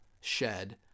shed